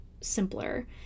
simpler